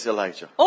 Elijah